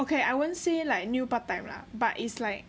okay I wouldn't say like new part time lah but is like